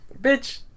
Bitch